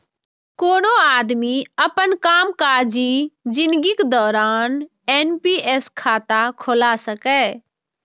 कोनो आदमी अपन कामकाजी जिनगीक दौरान एन.पी.एस खाता खोला सकैए